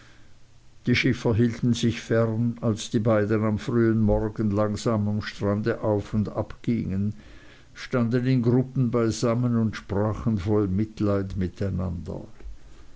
die schiffer hielten sich fern als die beiden am frühen morgen langsam am strande auf und abgingen standen in gruppen beisammen und sprachen voll mitleid miteinander